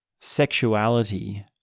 Sexuality